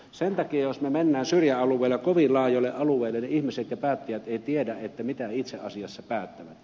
sen takia jos me menemme syrjäalueilla kovin laajoille alueille niin ihmiset ja päättäjät eivät tiedä mitä itse asiassa päättävät